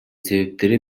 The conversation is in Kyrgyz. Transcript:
себептери